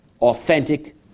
authentic